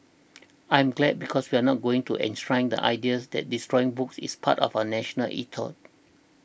I'm glad because we're not going to enshrine the ideas that destroying books is part of our national ethos